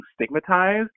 stigmatized